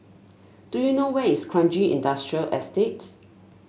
do you know where is Kranji Industrial Estate